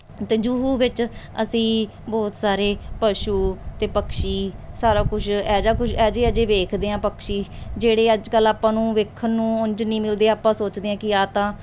ਅਤੇ ਜੂ ਵਿੱਚ ਅਸੀਂ ਬਹੁਤ ਸਾਰੇ ਪਸ਼ੂ ਅਤੇ ਪਕਛੀ ਸਾਰਾ ਕੁਝ ਇਹੋ ਜਿਹਾ ਕੁਝ ਅਹਿਜੇ ਅਹਿਜੇ ਵੇਖਦੇ ਹਾਂ ਪਕਛੀ ਜਿਹੜੇ ਅੱਜ ਕੱਲ੍ਹ ਆਪਾਂ ਨੂੰ ਵੇਖਣ ਨੂੰ ਉਂਝ ਨਹੀਂ ਮਿਲਦੇ ਆਪਾਂ ਸੋਚਦੇ ਹਾਂ ਕਿ ਆਹ ਤਾਂ